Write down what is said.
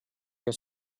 your